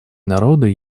народы